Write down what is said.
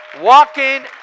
Walking